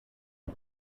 auf